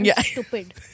stupid